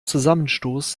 zusammenstoß